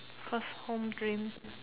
first home dream